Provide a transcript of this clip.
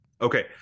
Okay